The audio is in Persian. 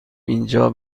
اینجا